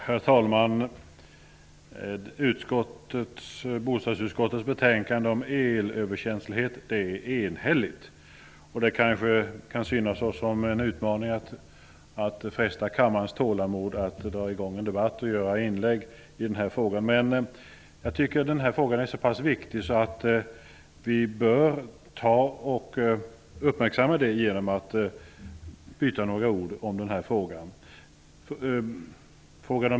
Herr talman! Bostadsutskottets betänkande om elöverkänslighet är enhälligt. Det kanske kan synas som en utmaning att fresta kammarens tålamod med att dra i gång en debatt och göra inlägg i den här frågan. Men jag tycker att den är så pass viktig att vi bör uppmärksamma den genom att byta några ord om problemen.